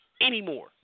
anymore